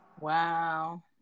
Wow